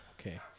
Okay